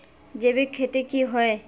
जैविक खेती की होय?